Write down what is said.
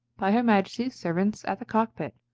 by her majesties servants at the cock-pit.